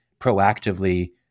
proactively